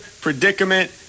predicament